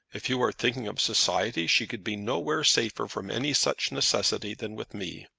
if you are thinking of society, she could be nowhere safer from any such necessity than with me.